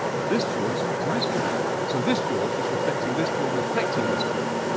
but this jewel is reflecting this jewel. so this jewel is reflecting this jewel reflecting this jewel.